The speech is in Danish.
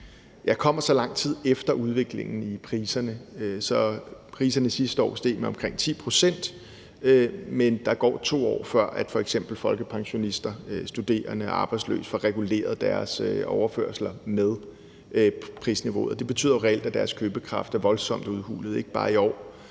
– kommer så lang tid efter udviklingen i priserne. Så priserne steg sidste år med 10 pct., men der går 2 år, før f.eks. folkepensionister, studerende og arbejdsløse får reguleret deres overførsler med prisniveauet. Og det betyder jo reelt, at deres købekraft er voldsomt udhulet, ikke bare i år,